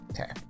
Okay